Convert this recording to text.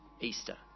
Easter